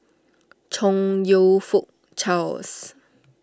Chong You Fook Charles